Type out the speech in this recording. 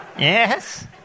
Yes